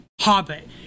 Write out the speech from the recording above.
Hobbit